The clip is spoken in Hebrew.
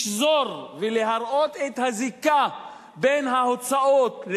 לשזור ולהראות את הזיקה בין ההוצאות,